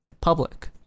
public